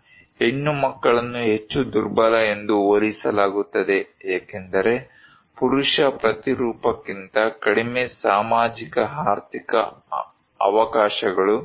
ಮತ್ತು ಹೆಣ್ಣುಮಕ್ಕಳನ್ನು ಹೆಚ್ಚು ದುರ್ಬಲ ಎಂದು ಹೋಲಿಸಲಾಗುತ್ತದೆ ಏಕೆಂದರೆ ಪುರುಷ ಪ್ರತಿರೂಪಕ್ಕಿಂತ ಕಡಿಮೆ ಸಾಮಾಜಿಕ ಆರ್ಥಿಕ ಅವಕಾಶಗಳು